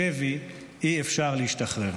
משבי אי-אפשר להשתחרר.